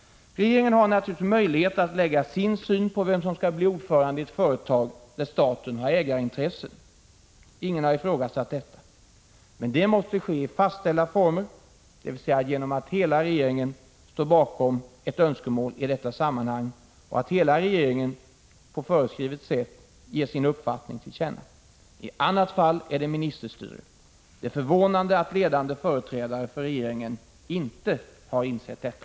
Regeringen har naturligtvis möjligheter att anlägga sin syn på vem som skall bli ordförande i ett företag där staten har ägarintressen — ingen har ifrågasatt detta. Men det måste ske i fastställda former, dvs. genom att hela regeringen står bakom ett önskemål i detta sammanhang och att hela regeringen på föreskrivet sätt ger sin uppfattning till känna. Eljest är det ministerstyre. Det är förvånande att ledande företrädare för regeringen inte har insett detta.